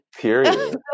period